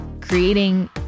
creating